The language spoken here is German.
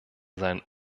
seinen